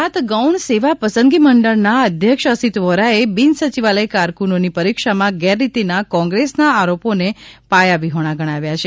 ગુજરાત ગૌણ સેવા પસંદગી મંડળ ના અધ્યક્ષ અસિત વોરાએ બિનસચિવાલય કારક્રનોની પરીક્ષામાં ગેરરીતિના કોન્ગ્રેસ્ ના આરોપોને પાયાવિહોણા ગણાવ્યા છે